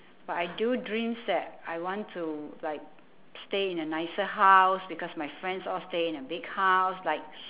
but I do dreams that I want to like stay in a nicer house because my friends all stay in a big house like